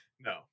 No